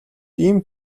ийм